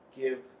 give